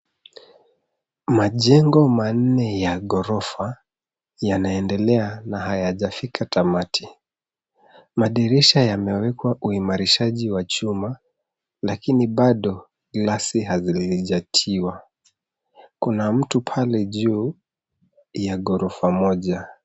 Majengo manne ya ghorofa yanaendelea na yajafika tamati. Madirisha yamewekwa uimarishaji wa chuma lakini bado klasi haijatiwa. Kuna mtu pale juu ya ghorofa moja.